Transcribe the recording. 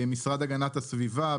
במשרד הגנת הסביבה,